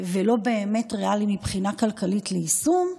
ולא באמת ריאלי מבחינה כלכלית ליישום,